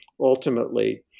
ultimately